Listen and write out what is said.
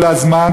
כל הזמן,